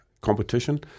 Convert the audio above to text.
competition